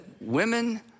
women